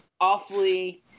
awfully